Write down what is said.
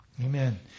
Amen